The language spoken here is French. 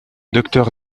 docteur